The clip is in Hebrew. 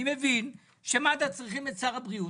אני מבין שמד"א צריכים את שר הבריאות.